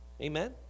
Amen